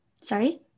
Sorry